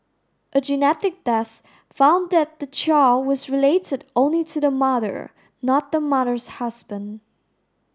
a genetic test found that the child was related only to the mother not the mother's husband